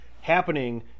happening